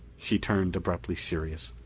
she turned abruptly serious.